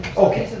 okay,